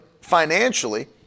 financially